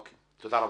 אוקי, תודה רבה.